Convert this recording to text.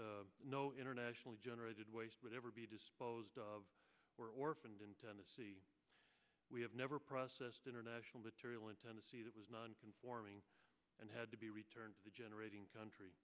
the no internationally generated waste would ever be disposed of were orphaned in tennessee we have never processed international material in tennessee that was non conforming and had to be returned to the generating country